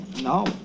No